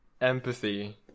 empathy